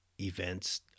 events